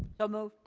so moved.